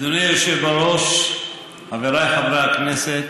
אדוני היושב בראש, חבריי חברי הכנסת,